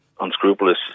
Unscrupulous